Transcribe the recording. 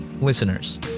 listeners